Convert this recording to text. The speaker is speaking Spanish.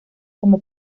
como